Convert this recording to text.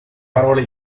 parole